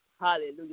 Hallelujah